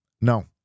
No